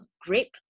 grape